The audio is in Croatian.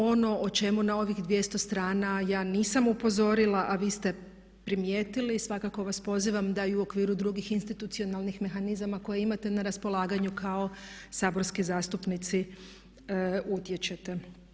Ono o čemu na ovih 200 strana ja nisam upozorila, a vi ste primijetili svakako vas pozivam da i u okviru drugih institucionalnih mehanizama koje imate na raspolaganju kao saborski zastupnici utječete.